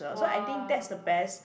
!wah!